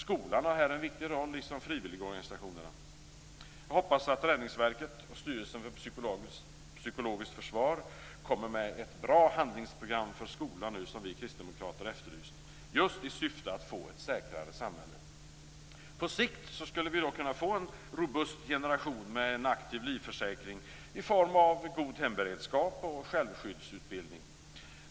Skolan har här en viktig roll liksom frivilligorganisationerna. Jag hoppas att Räddningsverket och Styrelsen för psykologiskt försvar kommer med ett bra handlingsprogram för skolan, som vi kristdemokrater efterlyst just i syfte att få ett säkrare samhälle. På sikt skulle vi kunna få en robust generation med en aktiv livförsäkring i form av god hemberedskap och självskyddsutbildning.